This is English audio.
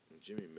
Jimmy